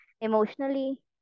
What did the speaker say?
emotionally